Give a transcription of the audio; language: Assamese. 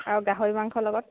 আৰু গাহৰি মাংসৰ লগত